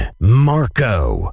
Marco